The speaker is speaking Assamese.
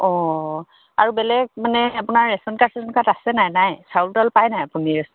অঁ আৰু বেলেগ মানে আপোনাৰ ৰেচন কাৰ্ড চেচন কাৰ্ড আছে নাই নাই চাউল তাউল পায় নাই আপুনি